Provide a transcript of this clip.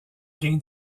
gain